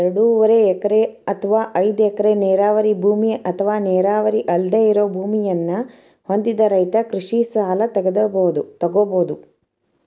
ಎರಡೂವರೆ ಎಕರೆ ಅತ್ವಾ ಐದ್ ಎಕರೆ ನೇರಾವರಿ ಭೂಮಿ ಅತ್ವಾ ನೇರಾವರಿ ಅಲ್ದೆ ಇರೋ ಭೂಮಿಯನ್ನ ಹೊಂದಿದ ರೈತ ಕೃಷಿ ಸಲ ತೊಗೋಬೋದು